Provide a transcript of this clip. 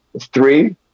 three